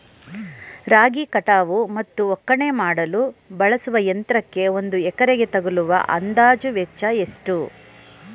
ರಾಗಿ ಕಟಾವು ಮತ್ತು ಒಕ್ಕಣೆ ಮಾಡಲು ಬಳಸುವ ಯಂತ್ರಕ್ಕೆ ಒಂದು ಎಕರೆಗೆ ತಗಲುವ ಅಂದಾಜು ವೆಚ್ಚ ಎಷ್ಟು?